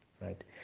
Right